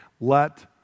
let